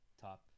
top